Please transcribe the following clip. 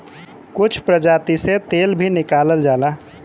कुछ प्रजाति से तेल भी निकालल जाला